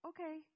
Okay